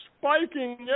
spiking